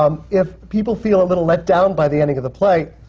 um if people feel a little let down by the ending of the play,